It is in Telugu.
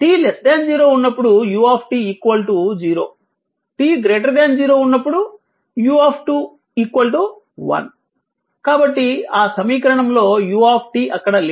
t 0 ఉన్నప్పుడు u 0 t 0 ఉన్నప్పుడు u 1 కాబట్టి ఆ సమీకరణం లో u అక్కడ లేదు